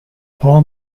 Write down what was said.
paul